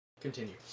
Continue